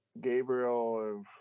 Gabriel